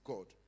God